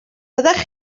fyddech